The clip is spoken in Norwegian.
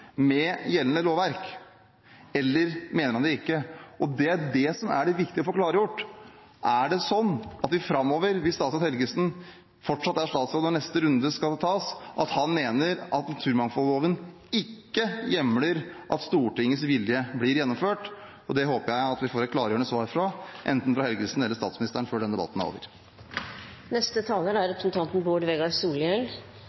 med gjeldende lovverk, eller mener han det ikke? Det er det som er det viktige å få klargjort. Er det sånn framover, hvis statsråd Helgesen fortsatt er statsråd når neste runde skal tas, at han mener at naturmangfoldloven ikke hjemler at Stortingets vilje blir gjennomført? Det håper jeg at vi får et klargjørende svar på enten fra Helgesen eller statsministeren før denne debatten er over. Eit mistillitsforslag kan fremjast på kva grunnlag som helst – det er